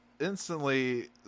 instantly